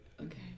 Okay